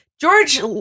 George